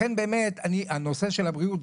לכן באמת הנושא של הבריאות,